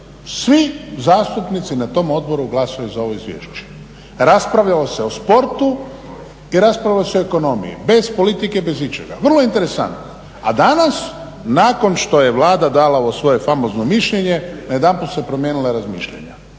Svi zastupnici na tom odboru glasaju za ovo izvješće. Raspravljalo se o sportu i raspravljalo se o ekonomiji, bez politike, bez ičega. Vrlo interesantno. A danas nakon što je Vlada dala ovo svoje famozno mišljenje najedanput su se promijenila razmišljanja.